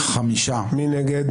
מי נמנע?